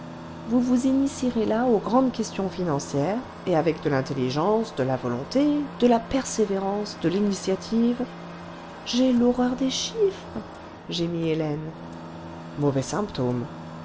vous vous initierez là aux grandes questions financières et avec de l'intelligence de la volonté de la persévérance de l'initiative j'ai l'horreur des chiffres gémit hélène mauvais symptôme